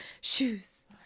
Shoes